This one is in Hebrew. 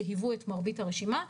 שהיוו את מרבית הרשימה,